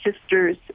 sister's